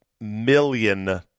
million